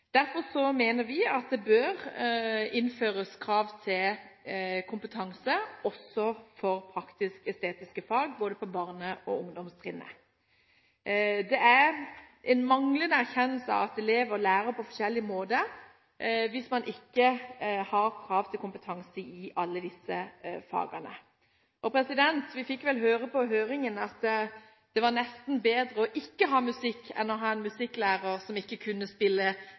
mener vi at det bør innføres krav til kompetanse også for praktisk-estetiske fag på både barne- og ungdomstrinnet. Det er en manglende erkjennelse av at elever lærer på forskjellig måte hvis man ikke har krav til kompetanse i alle disse fagene. Vi fikk høre på høringen at det nesten var bedre ikke å ha musikk enn å ha en musikklærer som ikke kunne spille